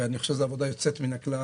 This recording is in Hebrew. ואני חושב שזאת עבודה יוצאת מן הכלל,